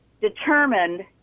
determined